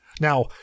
Now